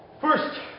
First